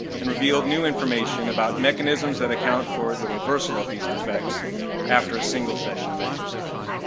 and revealed new information about mechanisms that account for the reversal of these defects after a single session of exercise.